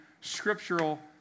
scriptural